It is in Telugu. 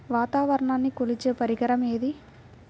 వాతావరణాన్ని కొలిచే పరికరం ఏది?